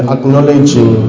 Acknowledging